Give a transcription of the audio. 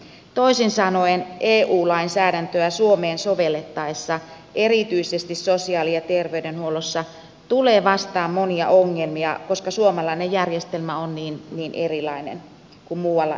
toisin sanoen eu lainsäädäntöä suomeen sovellettaessa erityisesti sosiaali ja terveydenhuollossa tulee vastaan monia ongelmia koska suomalainen järjestelmä on niin erilainen kuin muualla euroopassa